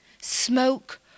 Smoke